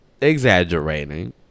exaggerating